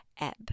ebb